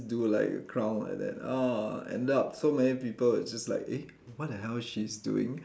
do like a clown like that ah ended up so many people just like eh what the hell is she's doing